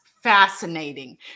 fascinating